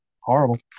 Horrible